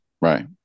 right